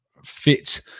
fit